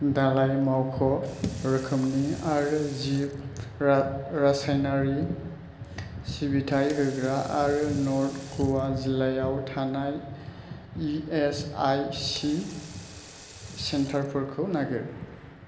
दालाइ मावख' रोखोमनि आरो जिब रासायनारि सिबिथाय होग्रा आरो नर्थ ग'वा जिल्लायाव थानाय इ एस आइ सि सेन्टारफोरखौ नागिर